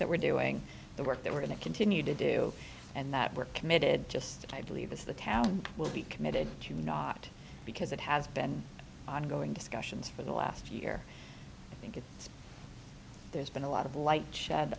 that we're doing the work that we're going to continue to do and that we're committed just i believe as the town will be committed to not because it has been ongoing discussions for the last year i think it's there's been a lot of light shed